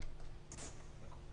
בבקשה.